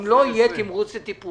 לא יהיה תקציב, אם לא יהיה תמרוץ וטיפוח.